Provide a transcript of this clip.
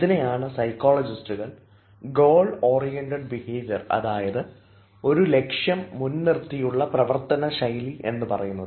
ഇതിനെയാണ് സൈക്കോളജിസ്റ്റുകൾ goal oriented behaviour അതായത് ഒരു ലക്ഷ്യം മുൻനിർത്തിയുള്ള പ്രവർത്തനശൈലി എന്ന് പറയുന്നത്